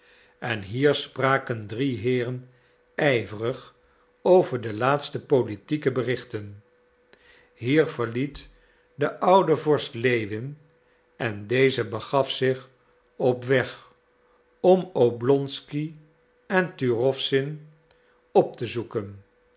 en hier spraken drie heeren ijverig over de laatste politieke berichten hier verliet de oude vorst lewin en deze begaf zich op weg om oblonsky en turowzin op te zoeken